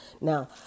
Now